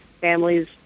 families